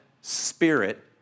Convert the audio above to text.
Spirit